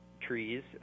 trees